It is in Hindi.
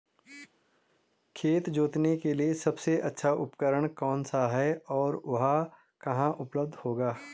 खेत जोतने के लिए सबसे अच्छा उपकरण कौन सा है और वह कहाँ उपलब्ध होगा?